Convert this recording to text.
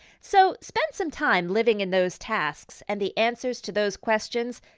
so, spend some time living in those tasks and the answers to those questions,